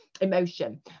emotion